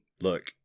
Look